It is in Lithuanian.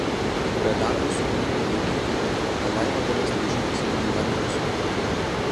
be darbo subinių nelaikytų o laima galės laižyti senom bandersom